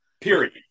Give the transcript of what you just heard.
Period